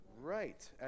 right